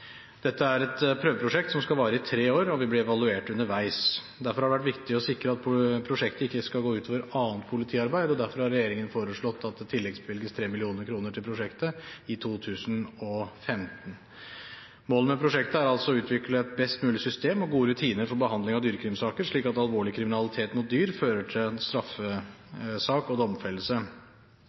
Dette er et prøveprosjekt som skal vare i tre år, og vil bli evaluert underveis. Derfor har det vært viktig å sikre at prosjektet ikke skal gå ut over annet politiarbeid, og derfor har regjeringen foreslått at det tilleggsbevilges 3 mill. kr til prosjektet i 2015. Målet med prosjektet er altså å utvikle et best mulig system og gode rutiner for behandling av dyrekrimsaker, slik at alvorlig kriminalitet mot dyr fører til en straffesak og domfellelse.